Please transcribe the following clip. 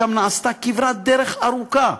שם נעשתה כברת דרך ארוכה,